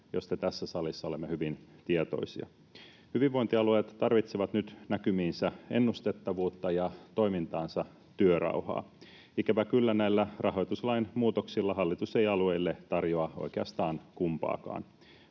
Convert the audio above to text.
josta tässä salissa olemme hyvin tietoisia. Hyvinvointialueet tarvitsevat nyt näkymiinsä ennustettavuutta ja toimintaansa työrauhaa. Ikävä kyllä näillä rahoituslain muutoksilla hallitus ei alueille tarjoa oikeastaan kumpaakaan.